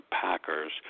Packers